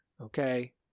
Okay